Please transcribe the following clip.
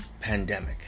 pandemic